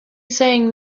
saying